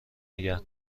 نگه